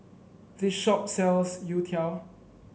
this shop sells youtiao